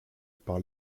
par